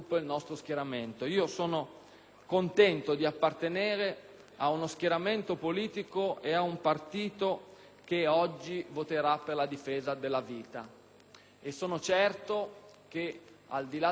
contento di appartenere ad uno schieramento politico e ad un partito che oggi voteranno per la difesa della vita. E sono certo che, al di là delle quisquilie e al di là